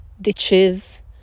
ditches